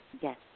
yes